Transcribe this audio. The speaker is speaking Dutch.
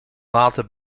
laten